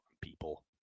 people